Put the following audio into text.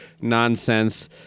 nonsense